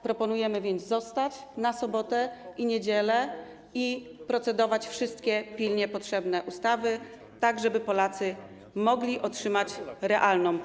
Proponujemy więc zostać na sobotę i niedzielę i procedować nad wszystkimi pilnie potrzebnymi ustawami, tak żeby Polacy mogli otrzymać realną pomoc.